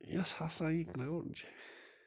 یُس ہسا یہِ گرٛاوُنٛڈ چھُ